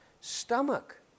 stomach